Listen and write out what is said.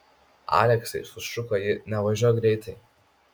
aleksai sušuko ji nevažiuok greitai